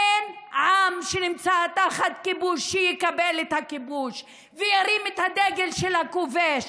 אין עם שנמצא תחת כיבוש שיקבל את הכיבוש וירים את הדגל של הכובש.